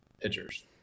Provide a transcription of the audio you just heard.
pitchers